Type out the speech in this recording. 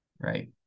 right